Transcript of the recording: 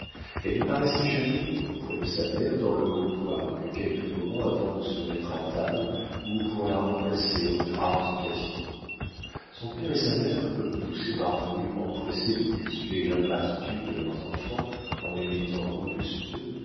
elle ne paraissait jamais auprès de sa mère dans le comptoir que quelques moments avant de se mettre à table ou pour la remplacer en de rares occasions son père et sa mère comme tous ces parvenus empressés de cultiver l'ingratitude de leurs enfants en les mettant au-dessus d'eux